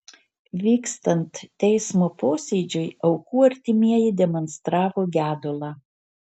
vykstant teismo posėdžiui aukų artimieji demonstravo gedulą